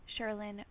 Sherilyn